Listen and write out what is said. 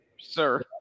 sir